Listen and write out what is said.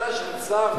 שנה של צער וכאב.